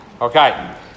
Okay